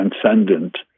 transcendent